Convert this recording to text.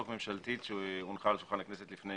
ממשלתית שהונחה על שולחן הכנסת לפני